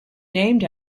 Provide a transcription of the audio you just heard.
named